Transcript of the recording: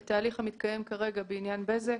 את התהליך שמתקיים כרגע בעניין בזק.